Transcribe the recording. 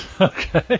Okay